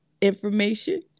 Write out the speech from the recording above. information